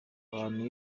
abantu